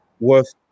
worth